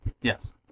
Yes